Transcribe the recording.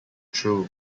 true